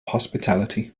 hospitality